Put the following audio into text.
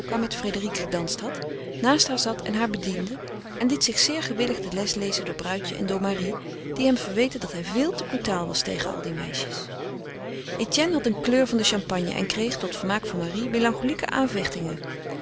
met frédérique gedanst had naast haar zat en haar bediende en liet zich zeer gewillig de les lezen door bruidje en door marie die hem verweten dat hij veel te brutaal was tegen al die meisjes etienne had een kleur van de champagne en kreeg tot vermaak van marie